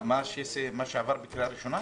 מה שעבר בקריאה ראשונה?